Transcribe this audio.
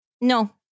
No